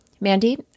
Mandy